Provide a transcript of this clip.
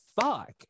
fuck